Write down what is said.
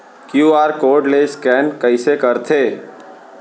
QR code ले scan कइसे करथे?